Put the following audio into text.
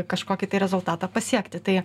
kažkokį tai rezultatą pasiekti tai